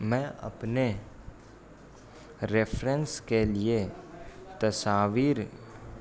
میں اپنے ریفرینس کے لیے تصاویر